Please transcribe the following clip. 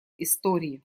истории